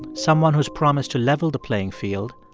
someone who's promised to level the playing field,